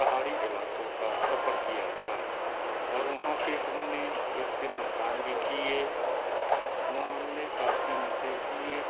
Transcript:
پہاڑی علاقوں کا سفر کیا تھا اور وہاں پہ ہم نے کچھ دن مقام بھی کیے وہاں ہم نے کافی مزے کیے